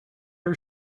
her